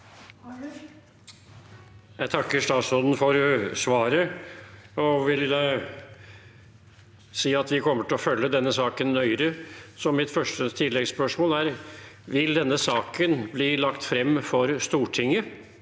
Jeg takker statsråden for svaret og vil si at vi kommer til å følge denne saken nøye. Mitt første tilleggsspørsmål er: Vil denne saken bli lagt frem for Stortinget